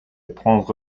prendre